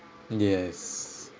yes